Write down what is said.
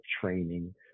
training